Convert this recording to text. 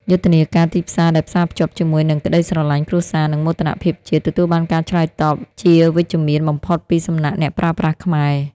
យុទ្ធនាការទីផ្សារដែលផ្សារភ្ជាប់ជាមួយនឹងក្តីស្រឡាញ់គ្រួសារ និងមោទនភាពជាតិ ទទួលបានការឆ្លើយតបជាវិជ្ជមានបំផុតពីសំណាក់អ្នកប្រើប្រាស់ខ្មែរ។